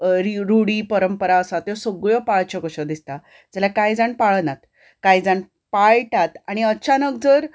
रिव रूडी परंपरा आसा त्यो सगळ्यो पाळच्यो कश्यो दिसता जाल्यार कांय जाण पाळनात कांय जाण पाळटात आनी अचानक जर